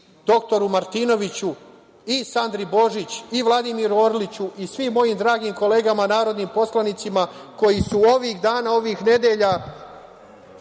doktoru Martinoviću, i Sandri Božić, i Vladimiru Orliću i svim mojim dragim kolegama narodnim poslanicima, koji su ovih dana, ovih nedelja